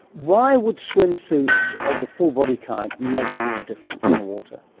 why would swimsuits of the full-body kind make such a difference in the water?